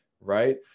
right